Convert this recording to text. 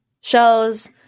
shows